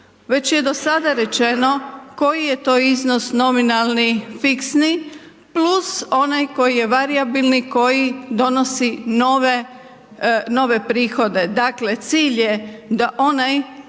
Već je dosada rečeno koji je to iznos nominalni, fiksni, plus onaj koji je varijabilni, koji donosi nove prihode. Dakle, cilj je da onaj,